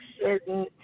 certain